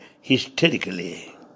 hysterically